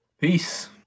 Peace